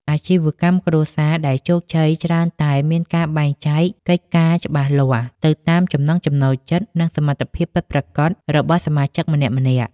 អាជីវកម្មគ្រួសារដែលជោគជ័យច្រើនតែមានការបែងចែកកិច្ចការច្បាស់លាស់ទៅតាមចំណង់ចំណូលចិត្ត និងសមត្ថភាពពិតប្រាកដរបស់សមាជិកម្នាក់ៗ។